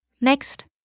next